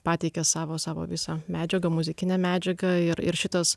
pateikė savo savo visą medžiagą muzikinę medžiagą ir ir šitas